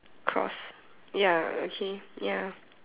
cross ya okay ya